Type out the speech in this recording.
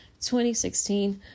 2016